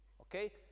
Okay